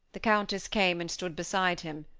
the countess came and stood beside him,